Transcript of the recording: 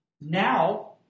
Now